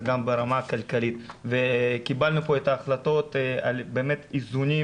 אך גם ברמה הכלכלית וקיבלנו פה את ההחלטות עם איזונים